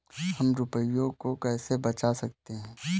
हम रुपये को कैसे बचा सकते हैं?